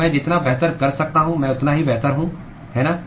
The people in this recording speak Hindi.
तो मैं जितना बेहतर कर सकता हूं मैं उतना ही बेहतर हूं है ना